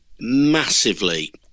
massively